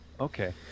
okay